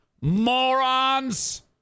morons